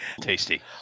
Tasty